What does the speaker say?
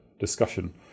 discussion